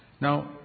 Now